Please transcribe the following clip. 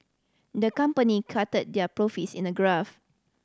the company charted their profits in a graph